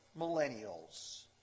millennials